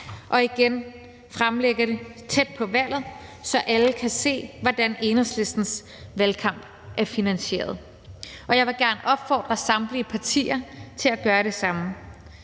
og igen fremlægge den tæt på valget, så alle kan se, hvordan Enhedslistens valgkamp er finansieret, og jeg vil gerne opfordre samtlige partier til at gøre det samme.